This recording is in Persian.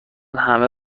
همه